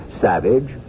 savage